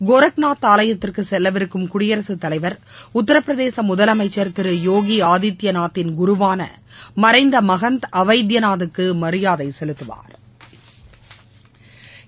கோரக்நாத் ஆலயத்திற்கு செல்லவிருக்கும் குடியரசு தலைவர் உத்திரபிரதேச முதலமைச்ச் திரு யோகி ஆதித்யநாத்தின் குருவான மறைந்த மகந்த் அவைத்தியநாத்துக்கு மியாதை செலுத்துவாா்